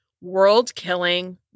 world-killing